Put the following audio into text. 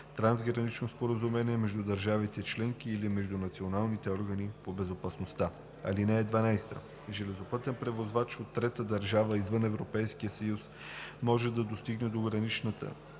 трансгранично споразумение между държавите членки или между националните органи по безопасността. (12) Железопътен превозвач от трета държава извън Европейския съюз може да достигне до гранична